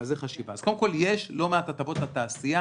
אז יש לא מעט הטבות בתעשייה,